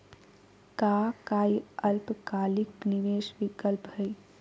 का काई अल्पकालिक निवेस विकल्प हई?